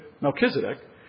Melchizedek